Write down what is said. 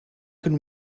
can